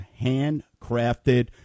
handcrafted